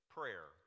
prayer